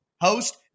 host